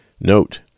Note